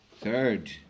third